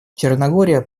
черногория